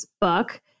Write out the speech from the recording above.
book